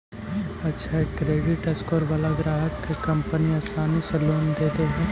अक्षय credit score वाला ग्राहक के कंपनी आसानी से लोन दे दे हइ